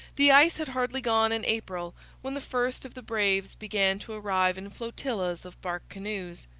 the ice had hardly gone in april when the first of the braves began to arrive in flotillas of bark canoes.